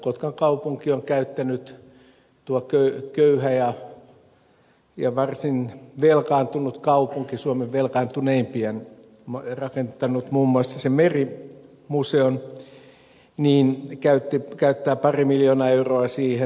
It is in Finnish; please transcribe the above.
kotkan kaupunki on käyttänyt tuo köyhä ja varsin velkaantunut kaupunki suomen velkaantuneimpia rakentanut muun muassa sen merimuseon pari miljoonaa euroa siihen